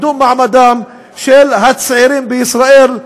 ועל קידום מעמדם של הצעירים בישראל,